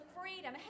freedom